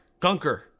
Gunker